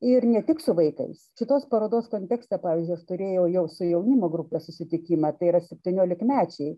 ir ne tik su vaikais šitos parodos kontekste pavyzdžiui aš turėjau jau su jaunimo grupės susitikimą tai yra septyniolikmečiai